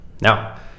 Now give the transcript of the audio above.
Now